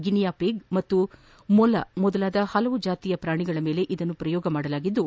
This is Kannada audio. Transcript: ಗಿನಿಯಾ ಪಿಗ್ ಮತ್ತು ಮೊಲ ಮೊದಲಾದ ಹಲವು ಜಾತಿಯ ಪ್ರಾಣಿಗಳ ಮೇಲೆ ಪ್ರಯೋಗಿಸಲಾಗಿದ್ದು